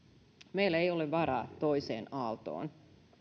meillä ei ole varaa toiseen aaltoon